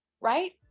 Right